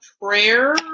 prayer